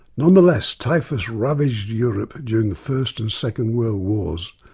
nonetheless, typhus ravaged europe during the first and second world wars,